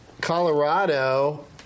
Colorado